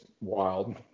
wild